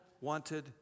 wanted